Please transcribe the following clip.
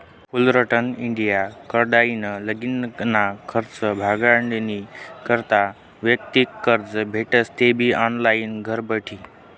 Fullerton India कडताईन लगीनना खर्च भागाडानी करता वैयक्तिक कर्ज भेटस तेबी ऑनलाईन घरबठी